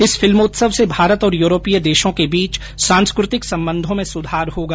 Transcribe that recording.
इस फिल्मोत्सव से भारत और यूरोपीय देशों के बीच सांस्कृतिक संबंधों में सुधार होगा